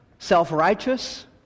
Self-righteous